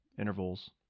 intervals